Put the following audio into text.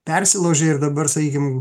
persilaužė ir dabar sakykim